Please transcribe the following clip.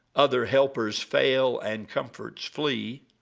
other helpers fail and comforts flee,